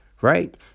right